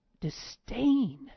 disdain